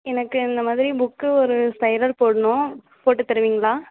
எனக்கு இந்தமாதிரி புக்கு ஒரு ஸ்பைரல் போடணும் போட்டுத் தருவீங்களா